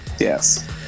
yes